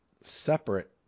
separate